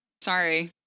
sorry